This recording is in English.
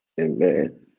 Amen